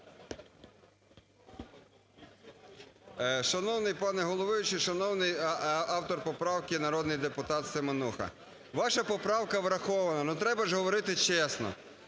Шановний пане головуючий, шановний автор поправки народний депутат Семенуха! Ваша поправка врахована. Но треба ж говорити чесно.